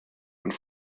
und